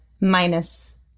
minus